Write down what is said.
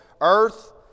earth